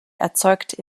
erzeugte